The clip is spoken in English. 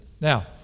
Now